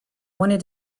wanted